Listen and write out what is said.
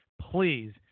please